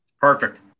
Perfect